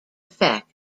effect